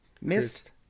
Missed